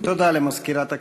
תודה למזכירת הכנסת.